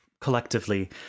collectively